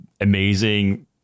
amazing